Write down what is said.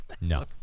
No